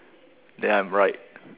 then I'm right